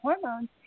hormones